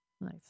Nice